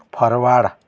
forward